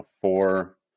four